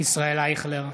ישראל אייכלר,